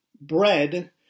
bread